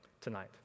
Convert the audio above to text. tonight